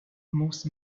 most